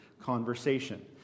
conversation